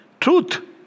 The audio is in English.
truth